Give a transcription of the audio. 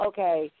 Okay